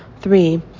Three